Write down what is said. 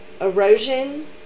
erosion